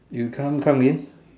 you can't come in